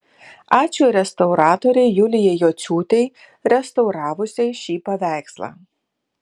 ačiū restauratorei julijai jociūtei restauravusiai šį paveikslą